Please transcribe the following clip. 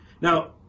Now